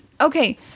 Okay